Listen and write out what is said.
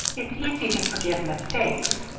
it's easy to forgive mistakes.